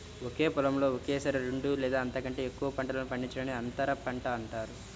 ఒకే పొలంలో ఒకేసారి రెండు లేదా అంతకంటే ఎక్కువ పంటలు పండించడాన్ని అంతర పంట అంటారు